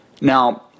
Now